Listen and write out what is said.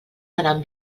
seran